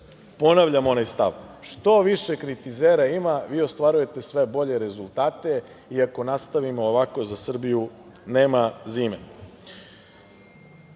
ponavljam onaj stav – što više kritizera ima, vi ostvarujete sve bolje rezultate i, ako nastavimo ovako, za Srbiju nema zime. Rekao